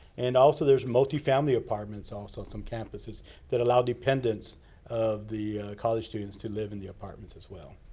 and, also, there's multi-family apartments, also. some campuses that allow dependents of the college students to live in the apartments, as well.